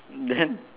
then